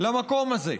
למקום הזה.